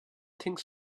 think